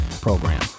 Program